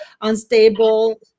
unstable